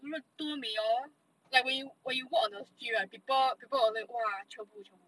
多美 hor like when you when you walk on the street right people will !wah! chio bu